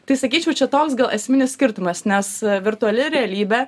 tai sakyčiau čia toks gal esminis skirtumas nes virtuali realybė